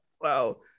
Wow